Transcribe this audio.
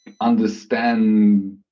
understand